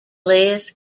lists